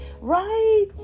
Right